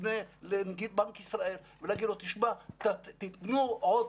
שתפנה לנגיד בנק ישראל להגיד לו: תתנו עוד